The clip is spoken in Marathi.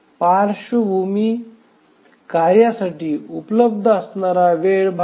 पार्श्वभूमी कार्यासाठी उपलब्ध असणारा वेळ भाग 0